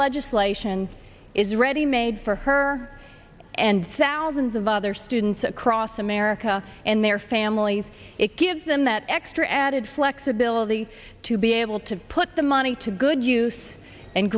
legislation is ready made for her and thousands of other students across america and their families it gives them that extra added flexibility to be able to put the money to good use and